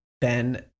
Ben